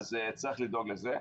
אז צריך לדאוג לזה.